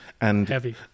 Heavy